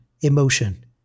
emotion